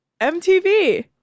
MTV